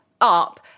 up